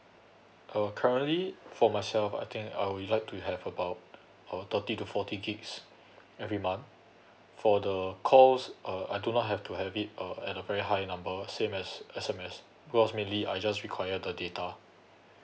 uh currently for myself I think uh we like to have about uh thirty to forty gigabytes every month for the calls uh I do not have to have it uh at a very high number same as S_M_S because mainly I just require the data